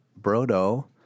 Brodo